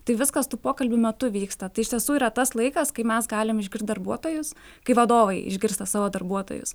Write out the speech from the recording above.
tai viskas tų pokalbių metu vyksta tai iš tiesų yra tas laikas kai mes galim išgirst darbuotojus kai vadovai išgirsta savo darbuotojus